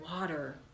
water